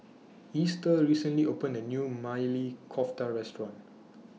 Easter recently opened A New Maili Kofta Restaurant